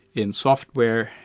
in software,